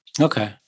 Okay